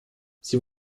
sie